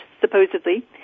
supposedly